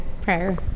prayer